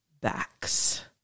backs